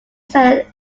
said